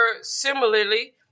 similarly